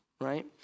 right